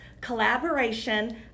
collaboration